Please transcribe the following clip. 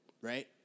right